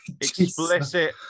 explicit